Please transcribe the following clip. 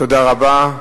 תודה רבה.